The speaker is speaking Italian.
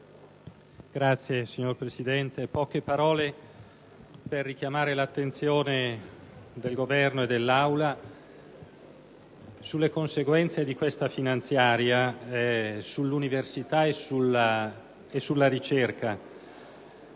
*(PD)*. Signor Presidente, vorrei richiamare con poche parole l'attenzione del Governo e dell'Aula sulle conseguenze di questa finanziaria sull'università e sulla ricerca.